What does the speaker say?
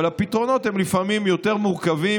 אבל הפתרונות הם לפעמים יותר מורכבים